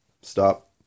Stop